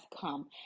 come